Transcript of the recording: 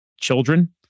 children